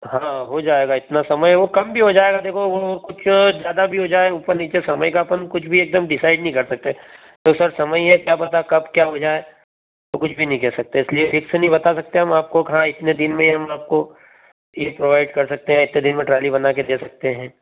हाँ हो जाएगा इतना समय वो कम भी हो जाएगा देखो वो कुछ ज्यादा भी हो जाए ऊपर नीचे समय का अपन कुछ भी एकदम डिसाइड नहीं कर सकते पर सर समय ही है क्या पता कब क्या हो जाए तो कुछ भी नहीं कह सकते इसलिए फिक्स नहीं बता सकते हैं हम आपको हाँ इतने दिन में हम आपको ये प्रोवाइड कर सकते हैं इतने दिन में ट्राली बना के दे सकते हैं